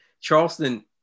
Charleston